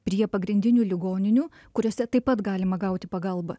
prie pagrindinių ligoninių kuriose taip pat galima gauti pagalbą